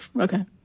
Okay